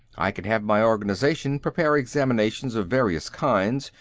i can have my organization prepare examinations of various kinds,